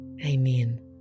Amen